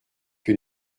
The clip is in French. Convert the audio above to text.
que